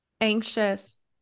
anxious